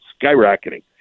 skyrocketing